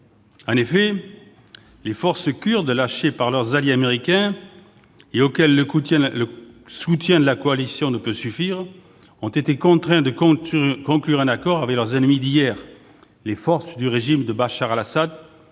En effet, les forces kurdes, lâchées par leurs alliés américains et auxquelles le soutien de la coalition ne peut suffire, ont été contraintes de conclure un accord avec leurs ennemies d'hier, les forces du régime de Bachar el-Assad,